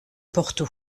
porto